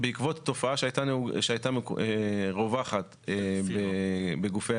בעקבות תופעה שהייתה רווחת בגופים